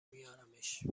میارمش